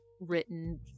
written